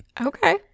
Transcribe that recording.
Okay